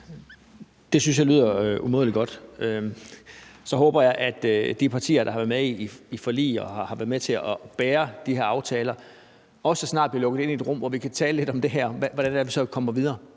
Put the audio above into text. Det synes jeg lyder umådelig godt. Så håber jeg, at de partier, der har været med i forlig og har været med til at bære de aftaler igennem, også snart bliver lukket ind i et rum, hvor vi kan tale lidt om det her, og hvordan det er, vi kommer videre.